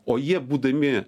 o jie būdami